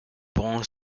bronze